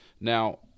Now